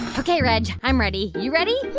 ok, reg. i'm ready. you ready?